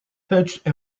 touched